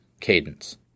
cadence